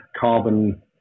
carbon